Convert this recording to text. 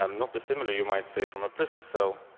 um not dissimilar, you might say, from a prison so